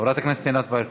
חברת הכנסת ענת ברקו.